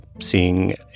seeing